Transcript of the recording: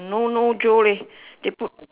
no no joe leh they put